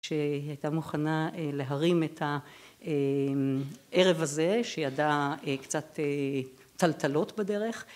שהייתה מוכנה להרים את הערב הזה, שידעה קצת טלטלות בדרך.